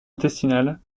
intestinale